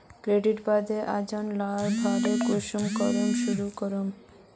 कटाईर बाद अनाज लार भण्डार कुंसम करे करूम?